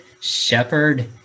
shepherd